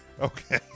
Okay